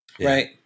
Right